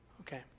Okay